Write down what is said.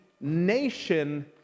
nation